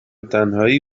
تنهایی